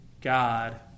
God